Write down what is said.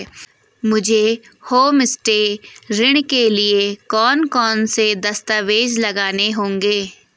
मुझे होमस्टे ऋण के लिए कौन कौनसे दस्तावेज़ लगाने होंगे?